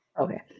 Okay